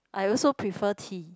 I also prefer tea